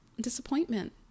disappointment